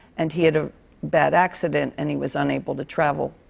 and he had a bad accident, and he was unable to travel.